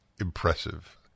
impressive